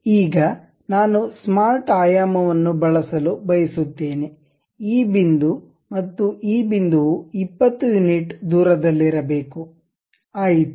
ಈಗ ನಾನು ಸ್ಮಾರ್ಟ್ ಆಯಾಮವನ್ನು ಬಳಸಲು ಬಯಸುತ್ತೇನೆ ಈ ಬಿಂದು ಮತ್ತು ಈ ಬಿಂದುವು 20 ಯುನಿಟ್ ದೂರದಲ್ಲಿರಬೇಕು ಆಯಿತು